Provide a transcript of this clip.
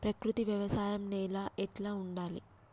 ప్రకృతి వ్యవసాయం నేల ఎట్లా ఉండాలి?